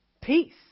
Peace